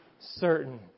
certain